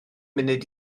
munud